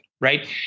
right